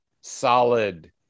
solid